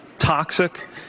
toxic